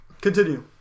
Continue